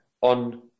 on